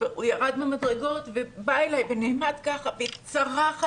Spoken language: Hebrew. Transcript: והוא ירד במדרגות ובא אליי ונעמד ככה וצרח עליי.